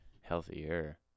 healthier